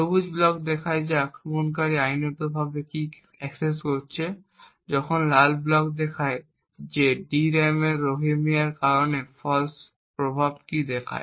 সবুজ ব্লক দেখায় যে আক্রমণকারী আইনগতভাবে কী অ্যাক্সেস করছে যখন লাল ব্লক দেখায় যে DRAM এর রোহ্যামারিং এর কারণে ফলসের প্রভাব কী দেখায়